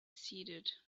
seated